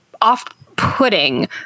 off-putting